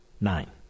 Nine